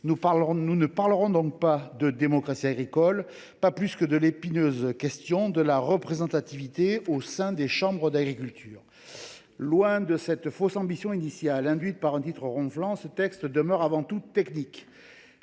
Nous ne parlerons donc pas de démocratie agricole, pas plus que de l’épineuse question de la représentativité au sein des chambres d’agriculture. Loin de témoigner de cette – fausse – ambition initiale, induite par un intitulé ronflant, ce texte demeure avant tout technique.